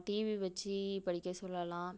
TV வச்சு படிக்க சொல்லலாம்